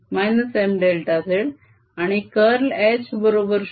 आणि curl H बरोबर 0